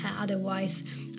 otherwise